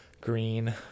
green